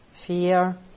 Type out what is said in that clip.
fear